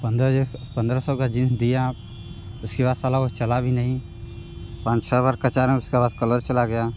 पंद्रह पंद्रह सौ का जींस दिए आप उसके बाद साला वह चला भी नहीं पाँच छः बार कचारें उसका बाद कलर चला गया